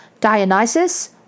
Dionysus